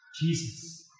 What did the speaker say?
Jesus